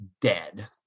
dead